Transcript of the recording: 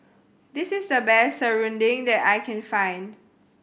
this is the best serunding that I can find